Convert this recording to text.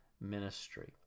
ministry